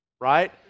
right